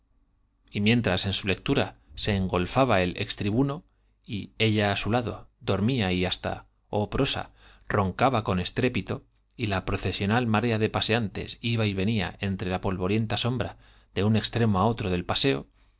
y mientras en su lectura se ellos engolfaba el ex tribuno y ella á su lado dormía y hasta oh prosa roncaba con estrépito y la procesional marea de paseantes iba y venía entre la polvorienta sombra de un extremo á otro del pfj